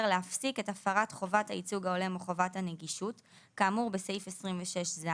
להפסיק את הפרת חובת הייצוג ההולם או חובת הנגישות כאמור בסעיף 26ז,